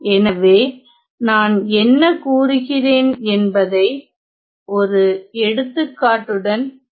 எனவே நான் என்ன கூறுகிறேன் என்பதை ஒரு எடுத்துக்காட்டுடன் பார்ப்போம்